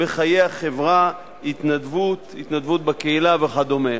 בחיי החברה, התנדבות, התנדבות בקהילה וכדומה.